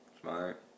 Smart